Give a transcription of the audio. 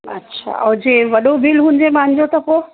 अच्छा जो वॾो बिल हुजे मांजो त पोइ